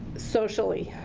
socially,